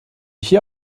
hier